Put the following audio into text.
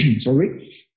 sorry